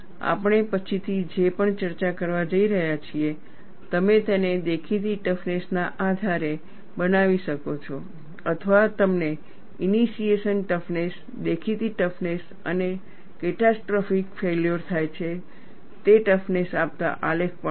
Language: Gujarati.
આપણે પછીથી જે પણ ચર્ચા કરવા જઈ રહ્યા છીએ તમે તેને દેખીતી ટફનેસ ના આધારે બનાવી શકો છો અથવા તમને ઈનીશીએશન ટફનેસ દેખીતી ટફનેસ અને કેટાસ્ટ્રોફીક ફેલ્યોર થાય છે તે ટફનેસ આપતા આલેખ પણ મળશે